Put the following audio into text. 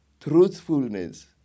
Truthfulness